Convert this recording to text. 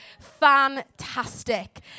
fantastic